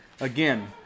Again